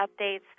updates